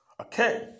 Okay